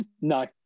No